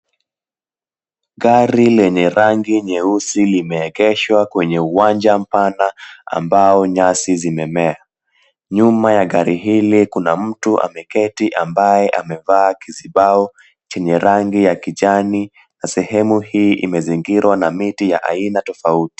Gari lenye rangi nyeusi limeegeshwa kwenye uwanja mpana ambao nyasi zimemea. Nyuma ya gari hili kuna mtu ameketi ambaye amevaa kizibao chenye rangi ya kijani. Sehemu hii imezingirwa na miti ya aina tofauti.